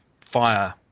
fire